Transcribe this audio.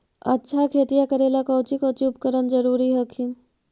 अच्छा खेतिया करे ला कौची कौची उपकरण जरूरी हखिन?